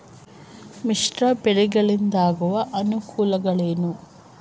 ಮಿಶ್ರ ಬೆಳೆಗಳಿಂದಾಗುವ ಅನುಕೂಲಗಳೇನು?